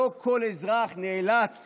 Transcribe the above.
לא כל אזרח נאלץ